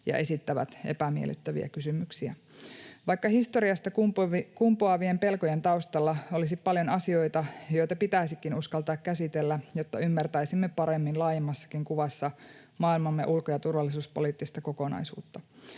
ja esittävät epämiellyttäviä kysymyksiä, vaikka historiasta kumpuavien pelkojen taustalla olisi paljon asioita, joita pitäisikin uskaltaa käsitellä, jotta ymmärtäisimme paremmin laajemmassakin kuvassa maailmamme ulko- ja turvallisuuspoliittista kokonaisuutta.